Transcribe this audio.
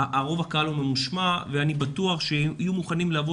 רוב הקהל הוא ממושמע ואני בטוח שיהיו מוכנים לבוא